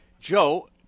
Joe